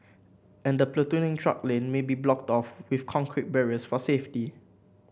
and the platooning truck lane may be blocked off with concrete barriers for safety